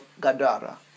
Gadara